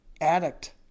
addict